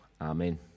Amen